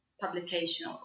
publication